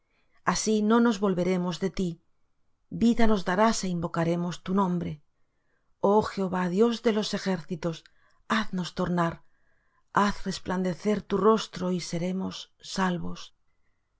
así no nos volveremos de ti vida nos darás é invocaremos tu nombre oh jehová dios de los ejércitos haznos tornar haz resplandecer tu rostro y seremos salvos